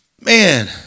Man